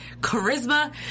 charisma